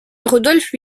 rudolf